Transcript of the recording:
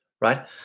right